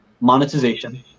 Monetization